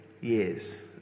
years